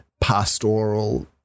pastoral